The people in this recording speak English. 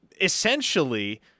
essentially –